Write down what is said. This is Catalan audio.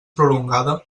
prolongada